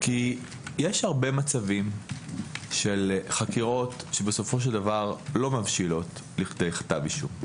כי יש הרבה מצבים של חקירות שבסופו של דבר לא מבשילות לכדי כתב אישום.